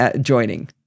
joining